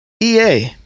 EA